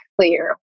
clear